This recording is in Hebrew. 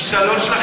הכישלון שלכם צורם.